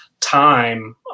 time